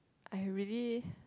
I really